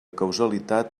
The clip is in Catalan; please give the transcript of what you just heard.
causalitat